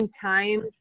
time